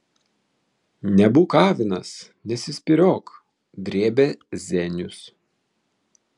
nebūk avinas nesispyriok drėbė zenius